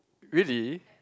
really